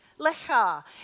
lecha